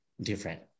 different